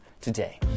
today